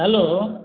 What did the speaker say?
hello